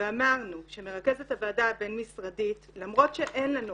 ואמרנו שמרכזת הוועדה בין משרדית, למרות שאין לנו